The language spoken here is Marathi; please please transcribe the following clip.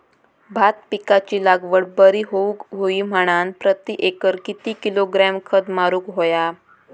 भात पिकाची लागवड बरी होऊक होई म्हणान प्रति एकर किती किलोग्रॅम खत मारुक होया?